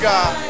God